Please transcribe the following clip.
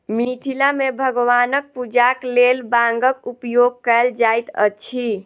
मिथिला मे भगवानक पूजाक लेल बांगक उपयोग कयल जाइत अछि